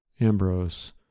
Ambrose